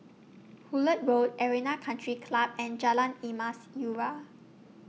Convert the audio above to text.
Hullet Road Arena Country Club and Jalan Emas Urai